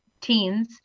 teens